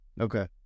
okay